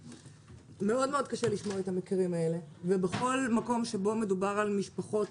מאוד קשה לשמוע את המקרים האלה ובכל מקום שבו מדובר על משפחות